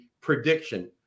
prediction